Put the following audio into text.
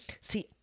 see